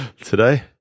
today